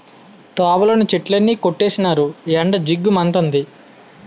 తోవలోని చెట్లన్నీ కొట్టీసినారు ఎండ జిగ్గు మంతంది